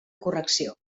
correcció